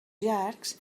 llargs